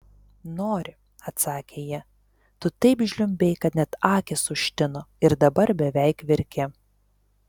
nori atsakė ji tu taip žliumbei kad net akys užtino ir dabar beveik verki